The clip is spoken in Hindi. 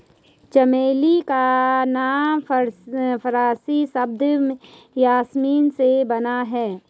चमेली का नाम फारसी शब्द यासमीन से बना है